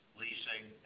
leasing